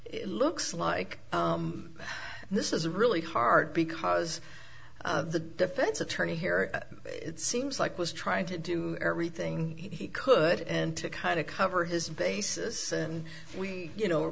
it looks like this is a really hard because the defense attorney here at it seems like was trying to do everything he could and to kind of cover his basis and we you know